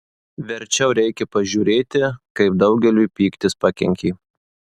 verčiau reikia pažiūrėti kaip daugeliui pyktis pakenkė